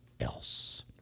else